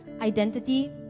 identity